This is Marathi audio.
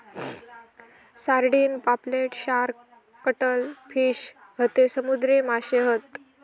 सारडिन, पापलेट, शार्क, कटल फिश हयते समुद्री माशे हत